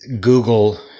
Google